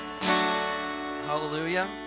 hallelujah